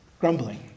grumbling